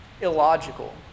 illogical